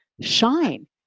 shine